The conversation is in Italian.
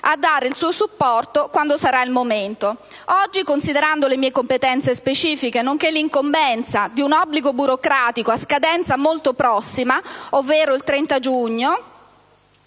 a dare il suo supporto quando sarà il momento. Oggi, considerando le mie competenze specifiche, nonché l'incombenza di un obbligo burocratico a scadenza molto prossima, ovvero il 30 giugno,